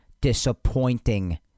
disappointing